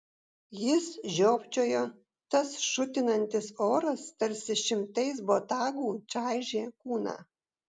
jis žiopčiojo tas šutinantis oras tarsi šimtais botagų čaižė kūną